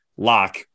Lock